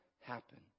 happen